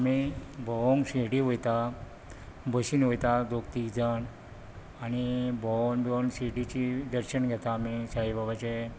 आमी भोंवोंक शिर्डी वयता बशीन वयता दोग तीग जाण आनी भोंवोन भोंवोन शिर्डीची दर्शन घेता आमी साईबाबाचें